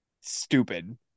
stupid